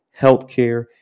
healthcare